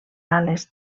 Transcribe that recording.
ales